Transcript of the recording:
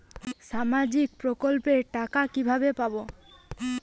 সামাজিক প্রকল্পের টাকা কিভাবে পাব?